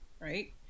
right